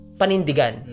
panindigan